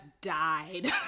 died